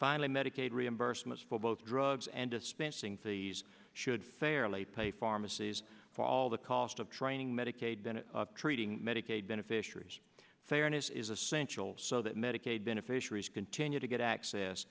finally medicaid reimbursements for both drugs and dispensing these should fairly pay pharmacies for all the cost of training medicaid treating medicaid beneficiaries fairness is essential so that medicaid beneficiaries continue to get access